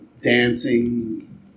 dancing